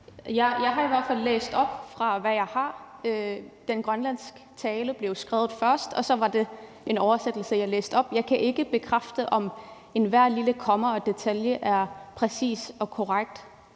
Jeg har i hvert fald læst det op fra, hvad jeg har. Den grønlandske tale blev skrevet først, og så var det en oversættelse, jeg læste op. Jeg kan ikke bekræfte, at hvert et komma og enhver lille detalje er præcist og korrekt